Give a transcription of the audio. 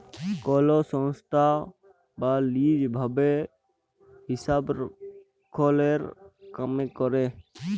call সংস্থায় বা lease ভাবে হিসাবরক্ষলের কামে ক্যরে